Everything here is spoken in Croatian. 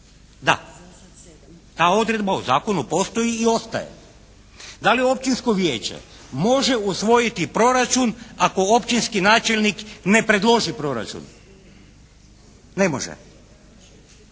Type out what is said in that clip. Da. Ta odredba u zakonu postoji i ostaje. Da li općinsko vijeće može usvojiti proračun ako općinski načelnik ne predloži proračun? Ne može.